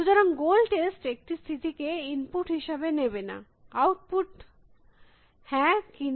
সুতরাং লক্ষিত টেস্ট একটি স্থিতিকে ইনপুট হিসাবে নেবে না আউটপুট হ্যাঁ কি না